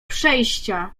przejścia